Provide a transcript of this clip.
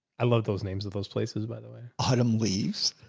i love those names of those places, by the way. autumn leaves,